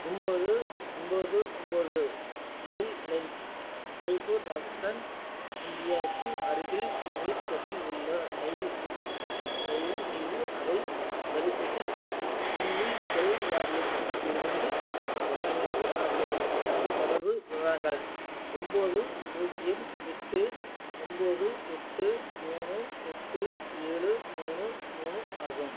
ஒன்போது ஒன்போது ஒன்போது சிவில் லைன்ஸ் ஜெய்ப்பூர் ராஜஸ்தான் இந்தியாக்கு அருகில் நீர் கசிவு உள்ளது தயவுசெய்து தயவுசெய்து அதை சரிசெய்து தில்லி ஜல் வாரியத்திலிருந்து யாரையாவது அனுப்பவும் எனது தொடர்பு விவரங்கள் ஒன்போது பூஜ்யம் எட்டு ஒன்போது எட்டு மூணு எட்டு ஏழு மூணு மூணு ஆகும்